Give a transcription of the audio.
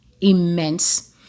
immense